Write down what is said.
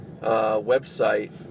website